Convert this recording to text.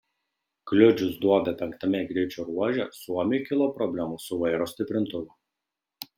kliudžius duobę penktame greičio ruože suomiui kilo problemų su vairo stiprintuvu